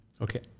Okay